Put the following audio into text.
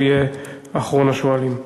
הוא יהיה אחרון השואלים.